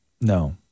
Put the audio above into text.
No